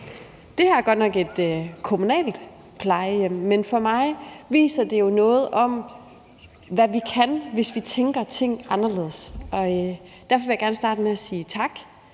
Det er godt nok et kommunalt plejehjem, men for mig viser det jo noget om, hvad vi kan, hvis vi tænker ting anderledes. Derfor vil jeg godt starte med at sige tak